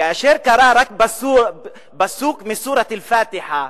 כאשר קרא רק פסוק מסורת אל-פאתחה: